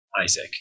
isaac